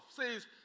says